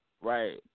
Right